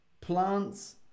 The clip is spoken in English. Plants